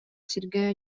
сиргэ